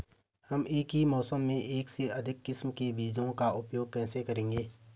हम एक ही मौसम में एक से अधिक किस्म के बीजों का उपयोग कैसे करेंगे?